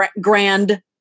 Grand